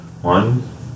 One